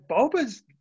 Boba's